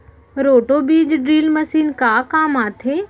Roto बीज drill machine का काम आथे?